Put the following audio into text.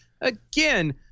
Again